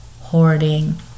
hoarding